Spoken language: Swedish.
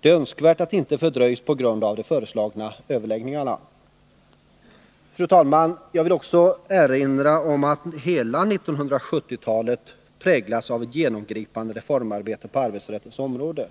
Det är önskvärt att det inte fördröjs på grund av de föreslagna överläggningarna. Fru talman! Jag vill också erinra om att hela 1970-talet präglades av ett genomgripande reformarbete på arbetsrättens område.